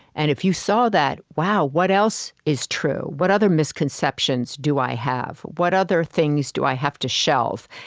and if you saw that wow, what else is true? what other misconceptions do i have? what other things do i have to shelve?